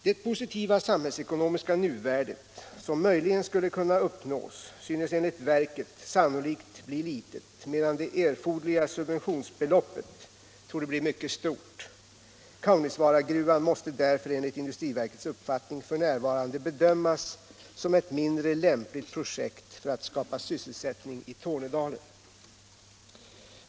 Det positiva samhällsekonomiska nuvärde som möjligen skulle kunna uppnås synes enligt verket sannolikt bli litet, medan det erforderliga subventionsbeloppet torde bli mycket stort. Kaunisvaaragruvan måste därför enligt industriverkets uppfattning f. n. bedömas som ett mindre lämpligt projekt för att skapa sysselsättning i Tornedalen.